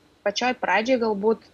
pačioj pradžioj galbūt